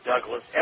Douglas